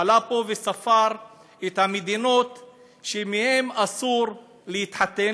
הוא עלה וספר פה את המדינות שמהן אסור להתחתן,